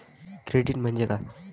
Credit म्हणजे काय?